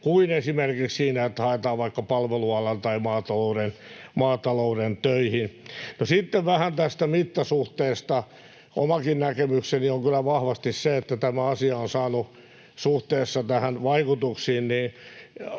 kuin esimerkiksi siinä, että haetaan vaikka palvelualan tai maatalouden töihin. No, sitten vähän tästä mittasuhteesta. Omakin näkemykseni on kyllä vahvasti se, että tämä asia on saanut suhteessa näihin vaikutuksiin